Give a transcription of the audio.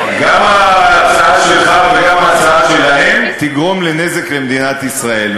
גם ההצעה שלך וגם ההצעה שלהם תגרום נזק למדינת ישראל,